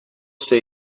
say